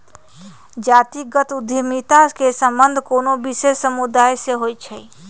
जातिगत उद्यमिता के संबंध कोनो विशेष समुदाय से होइ छै